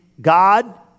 God